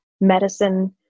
medicine